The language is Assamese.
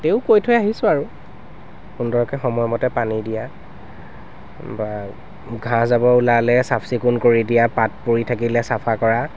তেও কৈ থৈ আহিছোঁ আৰু সুন্দৰকৈ সময়মতে পানী দিয়া বা ঘাঁহ জাবৰ ওলালে চাফ চিকুণ কৰি দিয়া পাত পৰি থাকিলে চাফা কৰা